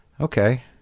Okay